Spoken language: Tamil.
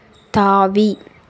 தாவி